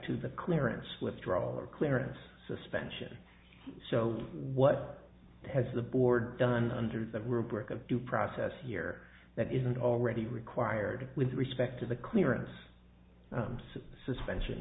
to the clearance withdrawal or clearance suspension so what has the board done under the rubric of due process here that isn't already required with respect to the clearance items suspension